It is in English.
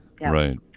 Right